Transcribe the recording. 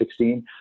2016